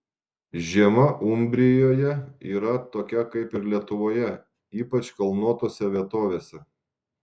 žiema umbrijoje yra tokia kaip ir lietuvoje ypač kalnuotose vietovėse